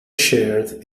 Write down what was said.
shared